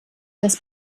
das